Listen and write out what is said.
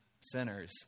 sinners